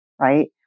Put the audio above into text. Right